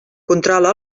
controla